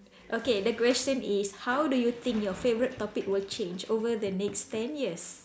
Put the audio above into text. okay the question is how do you think your favourite topic will change over the next ten years